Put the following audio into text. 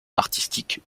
artistique